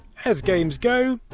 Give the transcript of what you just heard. as games go,